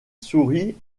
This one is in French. sourit